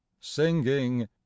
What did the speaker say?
singing